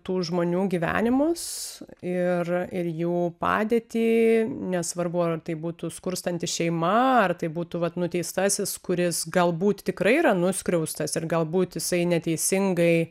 tų žmonių gyvenimus ir ir jų padėtį nesvarbu ar tai būtų skurstanti šeima ar tai būtų vat nuteistasis kuris galbūt tikrai yra nuskriaustas ir galbūt jisai neteisingai